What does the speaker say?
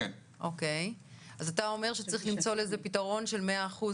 אז אתה אומר שצריך למצוא לזה פתרון של מאה אחוז,